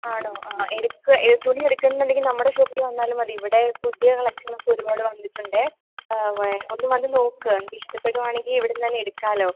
ആണോ ആ എടുക്ക് തുണിയെടുക്കുന്നുണ്ടെങ്കിൽ നമ്മുടെ ഷോപ്പിൽ വന്നാലും മതി ഇവിടെ പുതിയ കളക്ഷന് ഒക്കെ ഒരുപാട് വന്നിട്ടുണ്ടെ ഒന്ന് വന്ന് നോക്ക് എന്നിട്ട് ഇഷ്ടപ്പെടുവാണെങ്കിൽ ഇവിടുന്ന് തന്നെ എടുക്കാമല്ലോ